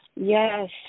Yes